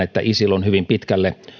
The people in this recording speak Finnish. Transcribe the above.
että isil on hyvin pitkälle